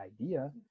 idea